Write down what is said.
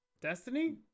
Destiny